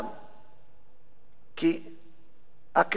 כי הכנסת היא הרשות המחוקקת,